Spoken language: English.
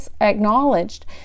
acknowledged